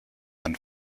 man